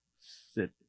Sit